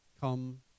come